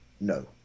No